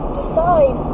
decide